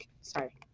Sorry